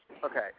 Okay